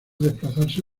desplazarse